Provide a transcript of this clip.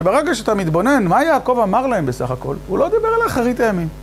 ברגע שאתה מתבונן, מה יעקב אמר להם בסך הכל? הוא לא דיבר על אחרית הימים.